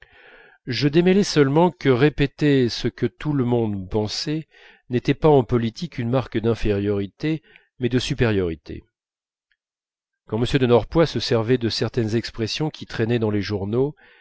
je démêlai seulement que répéter ce que tout le monde pensait n'était pas en politique une marque d'infériorité mais de supériorité quand m de norpois se servait de certaines expressions qui traînaient dans les journaux